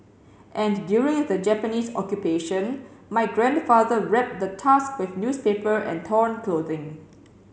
and during the Japanese Occupation my grandfather wrap the tusk with newspaper and torn clothing